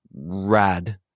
rad